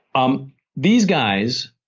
um these guys,